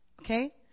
Okay